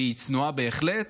והיא צנועה בהחלט,